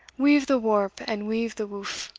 weave the warp and weave the woof